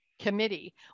committee